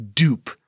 Dupe